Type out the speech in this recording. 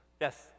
Yes